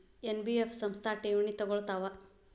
NBF ಸಂಸ್ಥಾ ಠೇವಣಿ ತಗೋಳ್ತಾವಾ?